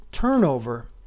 turnover